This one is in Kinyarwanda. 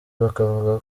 bakavuga